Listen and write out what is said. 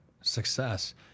success